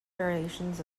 variations